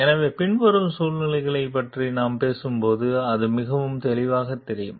எனவே பின்வரும் சூழ்நிலையைப் பற்றி நாம் பேசும்போது அது மிகவும் தெளிவாகத் தெரியும்